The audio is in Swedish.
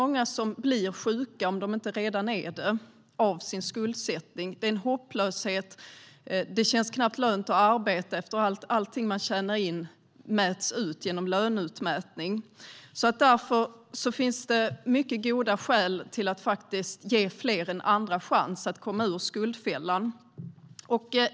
Många blir sjuka, om de inte redan är det, av sin skuldsättning. Det är en hopplöshet. Det känns knappt lönt att arbeta. Allting man tjänar in mäts ut genom löneutmätning. Därför finns det mycket goda skäl att ge fler en andra chans att komma ur skuldfällan.